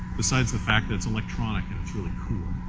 besides the fact it's electronic and it's really cool